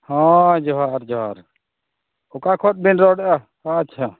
ᱦᱮᱸ ᱡᱚᱸᱦᱟᱨ ᱡᱚᱸᱦᱟᱨ ᱚᱠᱟ ᱠᱷᱚᱱᱵᱮᱱ ᱨᱚᱲᱮᱫᱼᱟ ᱟᱪᱪᱷᱟ